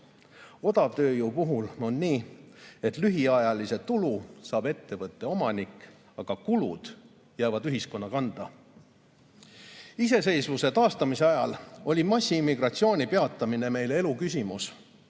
Odavtööjõu puhul on nii, et lühiajalise tulu saab ettevõtte omanik, aga kulud jäävad ühiskonna kanda. Iseseisvuse taastamise ajal oli massiimmigratsiooni peatamine meile eluküsimus.